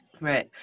right